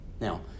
Now